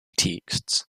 texts